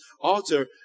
altar